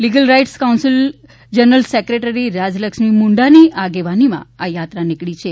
legal rights council general secretary Rajlakshmi મુંડાની આગેવાનીમાં આ યાત્રા નીકળી છે